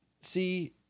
see